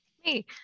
hey